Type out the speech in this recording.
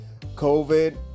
COVID